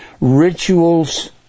rituals